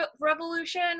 revolution